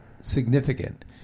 significant